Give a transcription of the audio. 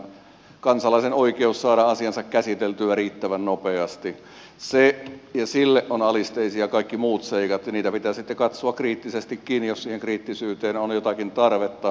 kansalaisen oikeus saada asiansa käsitellyksi riittävän nopeasti ja sille ovat alisteisia kaikki muut seikat ja niitä pitää sitten katsoa kriittisestikin jos siihen kriittisyyteen on jotakin tarvetta